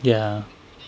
ya